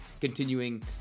continuing